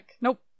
Nope